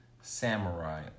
Samurai